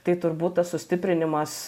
tai turbūt tas sustiprinimas